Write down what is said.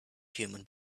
human